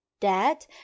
Dad